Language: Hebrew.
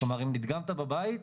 כלומר אם נדגמת בבית,